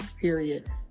period